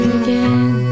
again